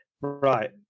Right